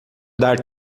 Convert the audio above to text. dar